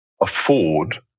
afford